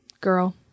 girl